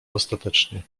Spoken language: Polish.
ostatecznie